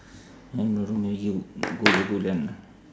then don't know maybe go legoland lah